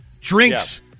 Drinks